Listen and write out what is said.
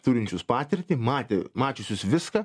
turinčius patirtį matę mačiusius viską